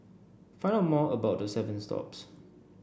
find out more about the seven stops